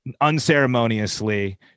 unceremoniously